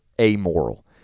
amoral